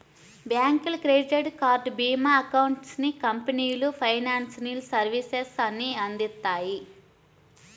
బ్యాంకులు, credit card, భీమా, accountancy కంపెనీలు ఫైనాన్షియల్ సర్వీసెస్ ని అందిత్తాయి